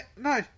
No